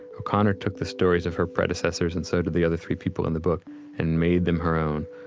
o'connor took the stories of her predecessors and so did the other three people in the book and made them her own.